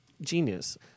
genius